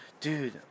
dude